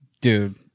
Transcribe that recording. Dude